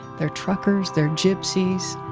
they're truckers, they're gypsies,